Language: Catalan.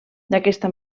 d’aquesta